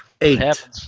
Eight